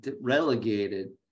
relegated